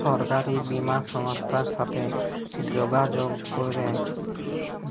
সরকারি বীমা সংস্থার সাথে যগাযগ করে